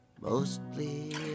Mostly